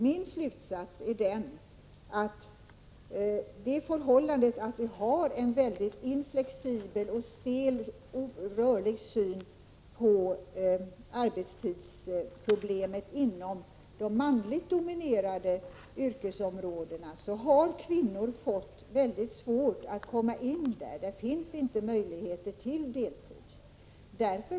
Min slutsats är den att kvinnor har mycket svårt att komma in på de manligt dominerade yrkesområdena, eftersom det finns en mycket oflexibel, stel och orörlig syn på arbetstidsproblemen på dessa områden. Det finns inte möjligheter till deltid.